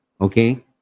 okay